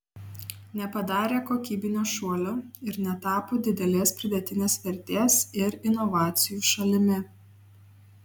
nepadarė kokybinio šuolio ir netapo didelės pridėtinės vertės ir inovacijų šalimi